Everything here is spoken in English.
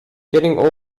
getting